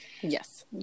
Yes